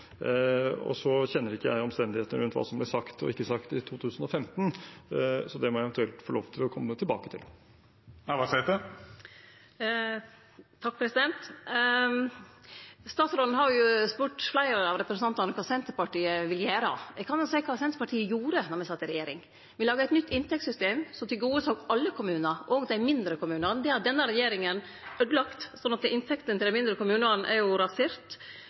kjenner ikke omstendighetene rundt hva som ble sagt og ikke sagt i 2015, så det må jeg eventuelt få lov til å komme tilbake til. Statsråden har spurt fleire av representantane kva Senterpartiet vil gjere. Eg kan jo seie kva Senterpartiet gjorde då me sat i regjering. Vi laga eit nytt inntektssystem som tilgodesåg alle kommunane, òg dei mindre kommunane. Det har denne regjeringa øydelagt, slik at inntektene til dei mindre kommunane er